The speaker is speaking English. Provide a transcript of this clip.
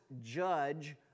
judge